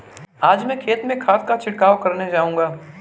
आज मैं खेत में खाद का छिड़काव करने जाऊंगा